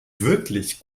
wirklich